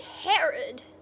Herod